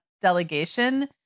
delegation